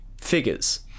figures